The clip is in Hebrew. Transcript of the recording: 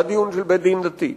והדיון של בית-דין דתי,